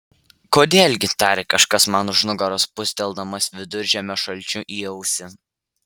kodėl gi tarė kažkas man už nugaros pūsteldamas viduržiemio šalčiu į ausį